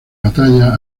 batalla